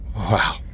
Wow